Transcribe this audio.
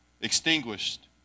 extinguished